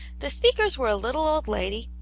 the speakers were a little old lady,